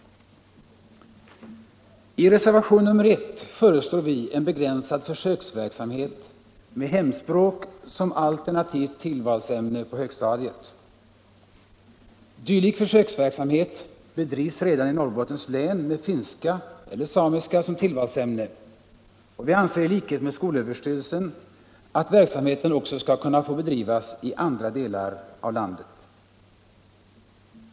I reservationen nr 1 föreslår vi en begränsad försöksverksamhet med hemspråk som alternativt tillvalsämne på högstadiet. Dylik försöksverksamhet bedrivs redan i Norrbottens län med finska eller samiska som tillvalsämne, och vi anser i likhet med skolöverstyrelsen att verksamheten också skall kunna få bedrivas i andra delar av landet.